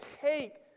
take